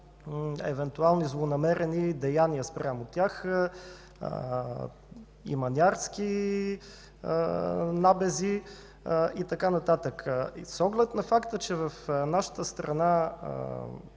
евентуални злонамерени деяния спрямо тях – иманярски набези и така нататък. С оглед на факта, че вече сме